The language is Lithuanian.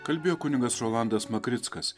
kalbėjo kunigas rolandas makrickas